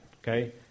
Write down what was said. okay